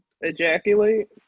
ejaculate